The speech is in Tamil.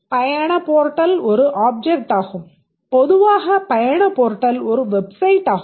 பயண போர்டல் ஒரு ஆப்ஜெக்ட்டாகும் பொதுவாக பயண போர்ட்டல் ஒரு வெப்சைட் ஆகும்